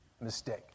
mistake